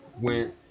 went